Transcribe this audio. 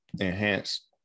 enhance